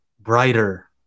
brighter